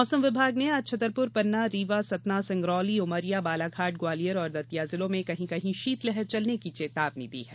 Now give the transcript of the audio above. मौसम विभाग ने आज छतरपुर पन्ना रीवा सतना सिंगरौली उमरिया बालाघाट ग्वालियर और दतिया जिलों में कहीं कहीं शीतलहर चलने की चेतावनी जारी की है